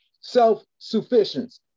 self-sufficiency